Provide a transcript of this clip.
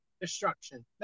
destruction